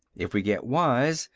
if we get wise,